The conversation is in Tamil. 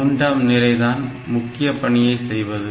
மூன்றாம் நிலை தான் முக்கியமான பணியை செய்வது